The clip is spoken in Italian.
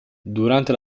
durante